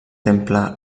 temple